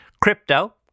Crypto